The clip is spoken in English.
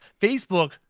Facebook